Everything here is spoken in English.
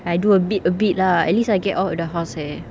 I do a bit a bit lah at least I get out of the house eh